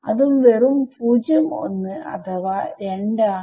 അത് വെറും 01 അഥവാ 2 ആണ്